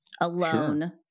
alone